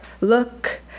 Look